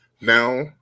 Now